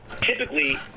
typically